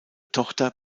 tochter